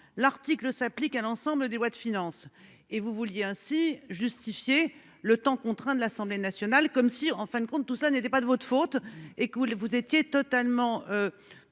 l'article s'applique à l'ensemble des lois de finances et vous vouliez ainsi justifié le temps contraint de l'Assemblée nationale comme si en fin de compte, tout cela n'était pas de votre faute et cool, vous étiez totalement.